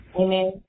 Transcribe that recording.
Amen